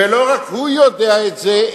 ולא רק הוא יודע את זה,